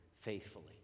faithfully